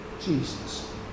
Jesus